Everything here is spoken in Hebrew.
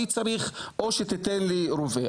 או שתיתן לי רובה,